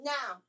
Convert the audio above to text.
Now